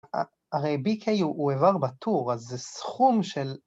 הרי בי קיי הוא אבר בטור, אז זה סכום של...